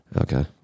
okay